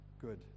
good